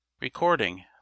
Recording